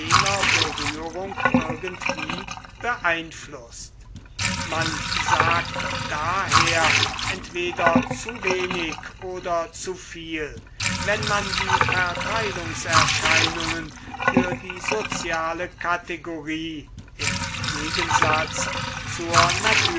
berührung irgendwie beeinflußt man sagt daher entweder zu wenig oder zu viel wenn man die verteilungserscheinungen für die soziale kategorie im gegensatz zur